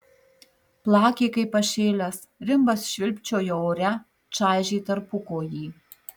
plakė kaip pašėlęs rimbas švilpčiojo ore čaižė tarpukojį